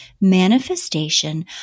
manifestation